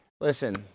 Listen